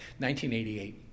1988